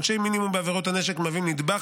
ועונשי מינימום בעבירות הנשק מהווים נדבך